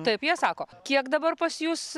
taip jie sako kiek dabar pas jus